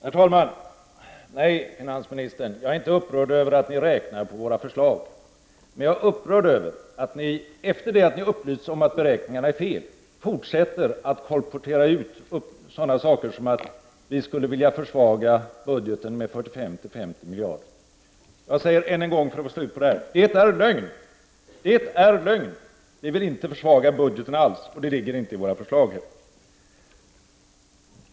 Herr talman! Nej, finansministern, jag är inte upprörd över att ni räknar på våra förslag. Men jag är upprörd över att ni efter det att ni har upplysts om att beräkningarna är felaktiga fortsätter att kolportera ut sådana saker som att vi skulle vilja försvaga budgeten med 45-50 miljarder. Jag säger än en gång för att få slut på det här: Det är lögn! Det är lögn! Vi vill inte alls försvaga budgeten, och det ligger inte heller i våra förslag.